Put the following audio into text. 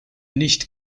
nicht